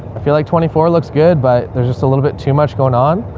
i feel like twenty four looks good, but there's just a little bit too much going on.